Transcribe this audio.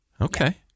Okay